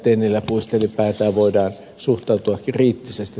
tennilä pudisteli päätään voidaan suhtautua kriittisesti